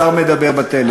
השר מדבר בטלפון.